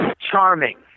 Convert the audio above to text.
Charming